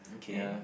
okay